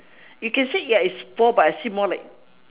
you can said ya it's four but I see more like